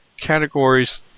categories